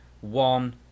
one